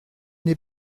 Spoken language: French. n’ai